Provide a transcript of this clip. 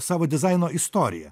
savo dizaino istoriją